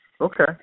Okay